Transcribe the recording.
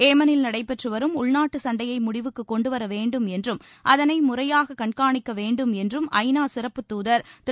ஏமனில் நடைபெற்று வரும் உள்நாட்டு சண்டையை முடிவுக்கு கொண்டு வரவேண்டும் என்றும் அதனை முறையாக கண்காணிக்க வேண்டும் என்றும் ஐ நா சிறப்புத்தூதர் திரு